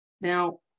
Now